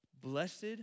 Blessed